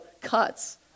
cuts